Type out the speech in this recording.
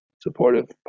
supportive